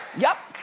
yup.